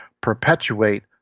perpetuate